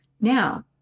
Now